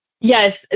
Yes